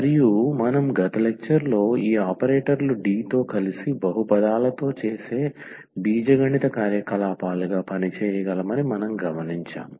మరియు మనం గత లెక్చర్లో ఈ ఆపరేటర్లు D తో కలిసి బహుపదాలతో చేసే బీజగణిత కార్యకలాపాలుగా పని చేయగలమని మనం గమనించాము